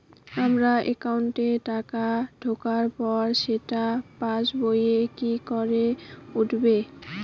আমার একাউন্টে টাকা ঢোকার পর সেটা পাসবইয়ে কি করে উঠবে?